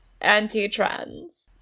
Anti-trans